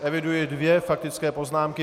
Eviduji dvě faktické poznámky.